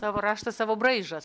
savo raštas savo braižas